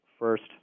First